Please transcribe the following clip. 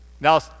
Now